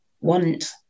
want